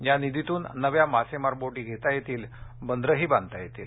या निधीतून नव्या मासेमार बोटी घेता येतील बंदरे बांधता येतील